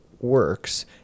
works